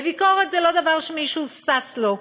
וביקורת זה לא דבר שמישהו שש לו.